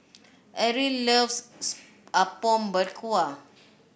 Ariel loves Apom Berkuah